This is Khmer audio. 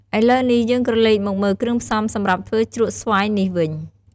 ឥឡូវនេះ យើងក្រឡេកមកមើលគ្រឿងផ្សំសម្រាប់ធ្វើជ្រក់ស្វាយនេះវិញ។